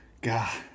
God